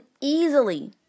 easily